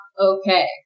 Okay